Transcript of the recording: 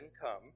come